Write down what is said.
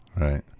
right